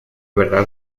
verdad